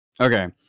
Okay